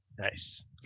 Nice